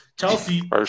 Chelsea